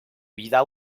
vida